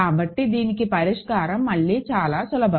కాబట్టి దీనికి పరిష్కారం మళ్లీ చాలా సులభం